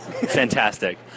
Fantastic